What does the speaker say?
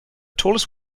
tallest